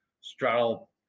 straddle